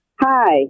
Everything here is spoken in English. Hi